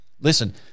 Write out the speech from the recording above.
listen